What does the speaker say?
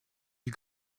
you